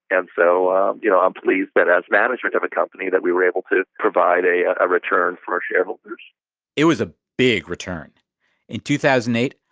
and so, you know, i'm pleased that, as management of a company, that we were able to provide a a return for our shareholders it was a big return. in two thousand and eight,